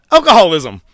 Alcoholism